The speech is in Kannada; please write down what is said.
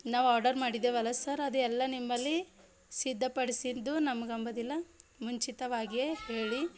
ನಾವು ಆರ್ಡರ್ ಮಾಡಿದ್ದೇವಲ್ಲ ಸರ್ ಅದೆಲ್ಲ ನಿಮ್ಮಲ್ಲಿ ಸಿದ್ಧಪಡಿಸಿದ್ದು ನಮಗಂಬೊದಿಲ್ಲ ಮುಂಚಿತವಾಗಿಯೇ ಹೇಳಿ